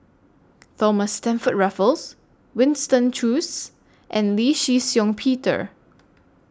Thomas Stamford Raffles Winston Choos and Lee Shih Shiong Peter